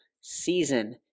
season